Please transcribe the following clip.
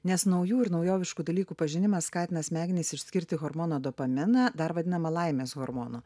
nes naujų ir naujoviškų dalykų pažinimas skatina smegenis išskirti hormoną dopaminą dar vadinamą laimės hormonu